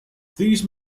these